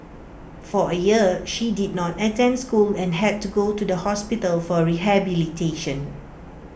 for A year she did not attend school and had to go to the hospital for rehabilitation